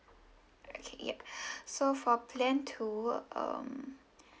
okay yup so for plan two um